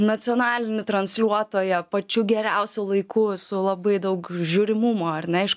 nacionalinį transliuotoją pačiu geriausiu laiku su labai daug žiūrimumo ar ne iš